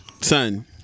Son